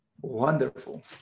Wonderful